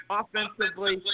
offensively